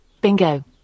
Bingo